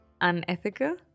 Unethical